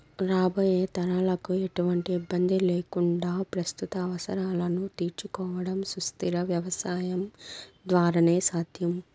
రాబోయే తరాలకు ఎటువంటి ఇబ్బంది లేకుండా ప్రస్తుత అవసరాలను తీర్చుకోవడం సుస్థిర వ్యవసాయం ద్వారానే సాధ్యం